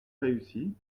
réussi